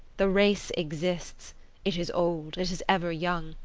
the race exists it is old, it is ever young,